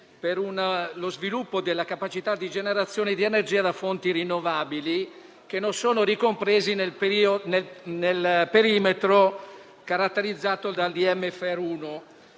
per lo sviluppo della capacità di generazione di energia da fonti rinnovabili che non sono comprese nel perimetro definito dal